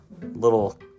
little